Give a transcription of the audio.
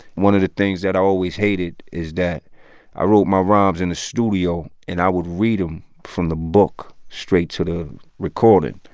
one of the things that i always hated is that i wrote my rhymes in the studio. and i would read them from the book straight to the recording.